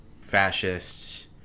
fascists